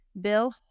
Bill